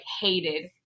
hated